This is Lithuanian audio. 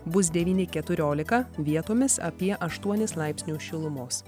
bus devyni keturiolika vietomis apie aštuonis laipsnius šilumos